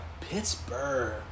Pittsburgh